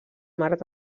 marc